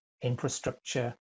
infrastructure